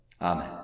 Amen